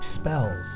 spells